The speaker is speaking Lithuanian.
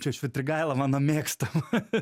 čia švitrigaila mano mėgstamas